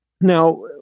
Now